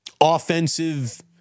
offensive